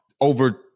over